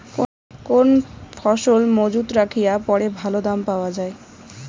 কোন ফসল মুজুত রাখিয়া পরে ভালো দাম পাওয়া যায়?